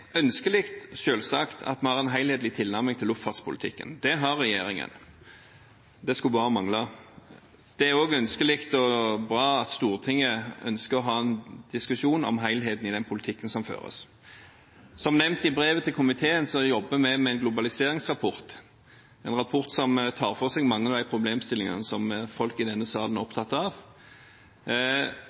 at vi har en helhetlig tilnærming til luftfartspolitikken. Det har regjeringen – det skulle bare mangle. Det er også bra at Stortinget ønsker å ha en diskusjon om helheten i den politikken som føres. Som nevnt i brevet til komiteen jobber vi med en globaliseringsrapport, en rapport som tar for seg mange av de problemstillingene som folk i denne salen er opptatt av,